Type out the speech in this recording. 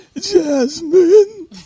Jasmine